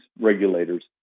regulators